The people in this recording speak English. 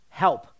help